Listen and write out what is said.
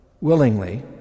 willingly